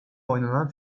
oynanan